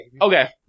Okay